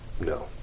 No